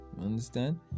Understand